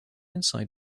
inside